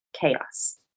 chaos